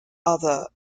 other